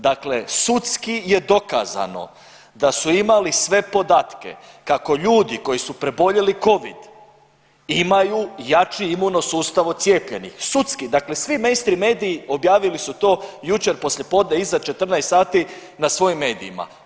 Dakle, sudski je dokazano da su imali sve podatke kako ljudi koji su preboljeli Covid imaju jači imuno sustav od cijepljenih, sudski dakle svi mainstream mediji objavili su to jučer poslije podne iza 14 sati na svojim medijima.